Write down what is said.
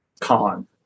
con